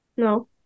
No